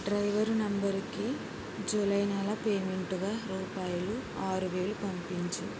driver నంబర్కి జూలై నెల పేమెంటుగా రూపాయిలు ఆరువేలు పంపించు